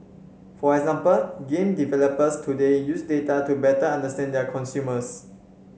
for example game developers today use data to better understand their consumers